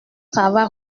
travail